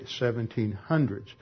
1700s